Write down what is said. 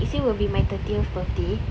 next year will be my thirtieth birthday so into the